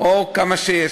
או כמה שיש,